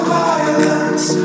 violence